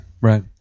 right